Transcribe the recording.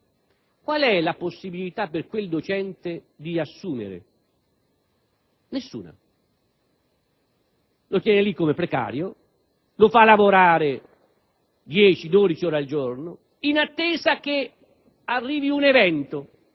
Qual è la possibilità per quel docente di assumere? Nessuna. Quindi, lo tiene lì come precario, lo fa lavorare dieci-dodici ore al giorno, in attesa che arrivi un evento.